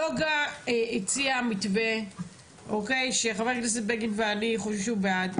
נגה הציעה מתווה וחבר הכנסת בגין ואני חושבים שאנחנו בעד.